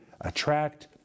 attract